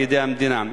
לידי המדינה.